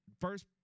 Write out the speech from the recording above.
first